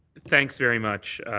thanks very much,